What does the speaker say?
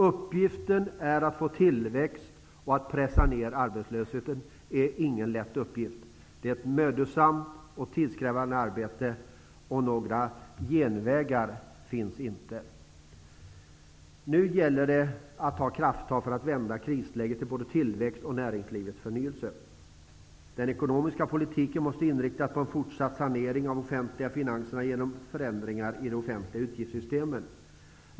Uppgiften att skapa tillväxt och att pressa ned arbetslöshet är ingen lätt uppgift. Det är ett mödosamt och tidskrävande arbete. Några genvägar finns inte! Nu gäller det att ta krafttag för att vända krisläget till både tillväxt och näringslivets förnyelse. Den ekonomiska politiken måste inriktas på en fortsatt sanering av de offentliga finanserna bl.a. genom förändringar i de offentliga utgiftssystemen.